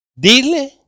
Dile